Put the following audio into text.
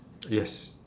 yes